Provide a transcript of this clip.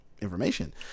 information